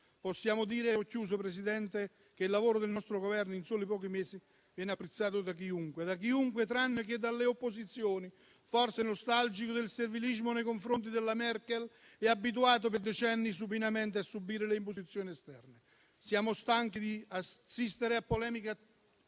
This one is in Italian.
Possiamo dire - e chiudo, signor Presidente - che il lavoro fatto dal Governo in pochi mesi viene apprezzato da chiunque, tranne che dalle opposizioni, forse nostalgiche del servilismo nei confronti della Merkel e abituate per decenni supinamente a subire le imposizioni esterne. Siamo stanchi di assistere a polemiche su tutto